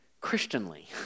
Christianly